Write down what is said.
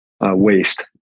waste